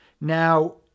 Now